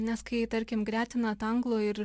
nes kai tarkim gretinat anglų ir